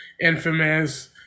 Infamous